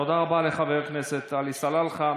תודה רבה לחבר הכנסת עלי סלאלחה.